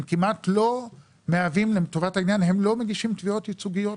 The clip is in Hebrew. הם כמעט לא מגישים תביעות ייצוגיות,